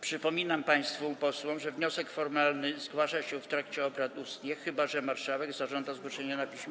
Przypominam państwu posłom, że wniosek formalny zgłasza się w trakcie obrad ustnie, chyba że marszałek zażąda zgłoszenia na piśmie.